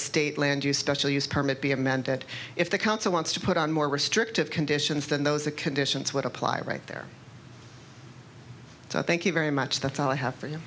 state land use special use permit be amended if the council wants to put on more restrictive conditions than those the conditions would apply right there so i thank you very much that's all i have for